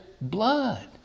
blood